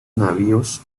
navíos